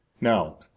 Now